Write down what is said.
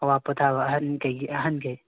ꯑꯋꯥ ꯄꯣꯊꯥꯕ ꯑꯍꯟꯘꯩꯒꯤ ꯑꯍꯟꯁꯦ